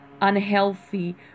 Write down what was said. unhealthy